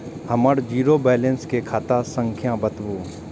हमर zero balance के खाता संख्या बतबु?